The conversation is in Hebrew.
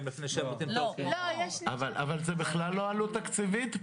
אבל זה בכלל לא עלות תקציבית פה.